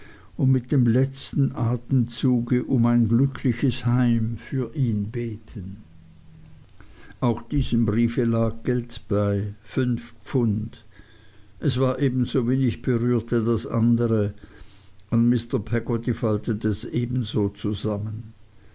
und mit dem letzten atemzuge um ein glückliches heim für ihn beten auch diesem briefe lag geld bei fünf pfund es war ebensowenig berührt wie das andere und mr peggotty faltete es ebenso zusammen